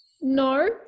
No